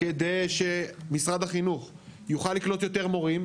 כדי שמשרד החינוך יוכל לקלוט יותר מורים,